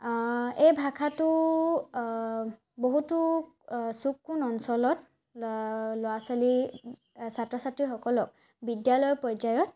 এই ভাষাটো বহুতো চুক কোণ অঞ্চলত ল'ৰা ছোৱালী ছাত্ৰ ছাত্ৰীসকলক বিদ্যালয় পৰ্যায়ত